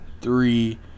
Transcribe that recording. three